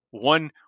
one